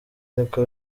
niko